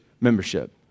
membership